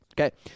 Okay